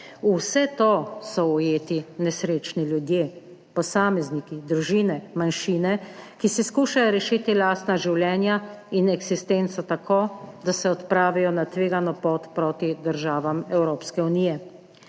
vse to so ujeti nesrečni ljudje, posamezniki, družine, manjšine, ki si skušajo rešiti lastna življenja in eksistenco tako, da se odpravijo na tvegano pot proti državam Evropske unije.